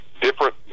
different